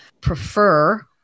prefer